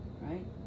right